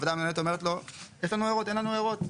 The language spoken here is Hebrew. הוועדה המנהלת אומרת לו אם יש הערות או אין הערות,